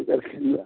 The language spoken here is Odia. ହଉ ଦେଖିଆ